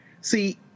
See